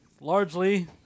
Largely